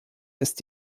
ist